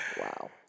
Wow